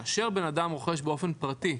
כאשר בן אדם רוכש באופן פרטי,